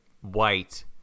white